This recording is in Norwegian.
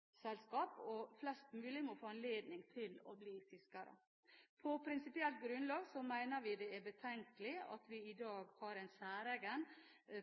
familieselskaper, og flest mulig må få anledning til å bli fiskere. På prinsipielt grunnlag mener vi det er betenkelig at vi i dag har en særegen